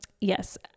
Yes